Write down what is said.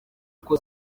kuko